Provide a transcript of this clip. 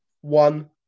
one